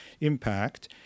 impact